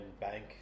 bank